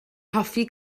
hoffi